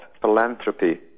philanthropy